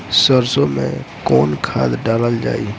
सरसो मैं कवन खाद डालल जाई?